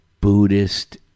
Buddhist